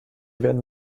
werden